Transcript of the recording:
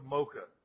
Mocha